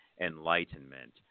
enlightenment